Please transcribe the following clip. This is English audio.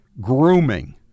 grooming